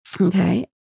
Okay